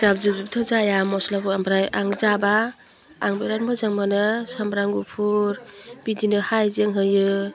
जाब जुबजोंथ' जाया मस्लाबो ओमफ्राय आं जाबा आं बिराद मोजां मोनो सामब्राम गुफुर बिदिनो हाइजें होयो